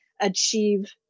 achieve